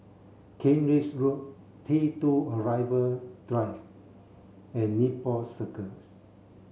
Kent Ridge Road T two Arrival Drive and Nepal Circus